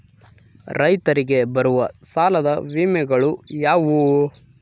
ರೈತರಿಗೆ ಬರುವ ಸಾಲದ ವಿಮೆಗಳು ಯಾವುವು?